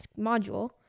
module